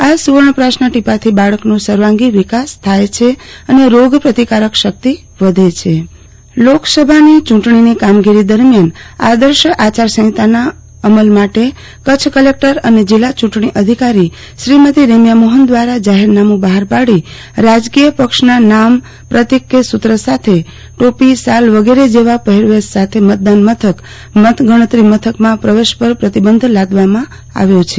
આ સુવર્ણપ્રાસના ટીપાંથી બાળકનો સર્વાગી વિકાસ થાય છે રોગે પ્રતિકાર શકિત વધે છીં પ્રતીક સાથે મતદાનમથક પ્રવેશ પ્રતિબં લોકસભાની ચૂંટણીની કામગીરી દરમિયાન આદર્શ આચારસંફિતાના અં મલ માટે કચ્છકલેક્ટર અને જિલ્લા ચૂંટણી અંધિકારી શ્રીમતી રેમ્યા મોફન દ્વારા જાફેરનામુ બફાર પાડીરાજકીય પક્ષનાં નામ પ્રતિક કે સુત્ર સાથે ટોપી ક શાલ વગેરે જેવાં પહેરવેશ સાથે મતદાનમથક મતગણતરી મથકમાં પ્રવેશ પર પ્રતિબંધ લાદવામાં આવ્યો છે